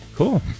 Cool